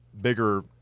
bigger